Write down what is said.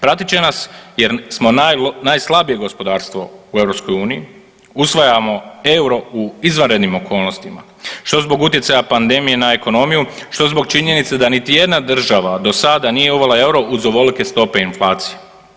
Pratit će nas jer smo najslabije gospodarstvo u EU, usvajamo EUR-o u izvanrednim okolnostima što zbog utjecaja pandemije na ekonomiju što zbog činjenice da niti jedna država do sada nije uvela EUR-o uz ovolike stope inflacije.